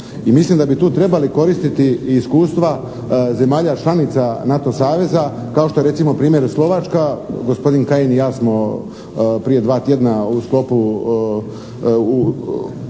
mislim da bi tu trebali koristiti i iskustva zemalja članica NATO saveza kao što je recimo npr. Slovačka. Gospodin Kajin i ja smo prije dva tjedna u sklopu bili u